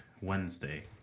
Wednesday